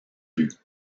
but